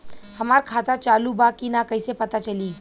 हमार खाता चालू बा कि ना कैसे पता चली?